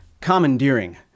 commandeering